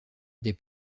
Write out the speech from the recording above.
des